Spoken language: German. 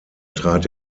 trat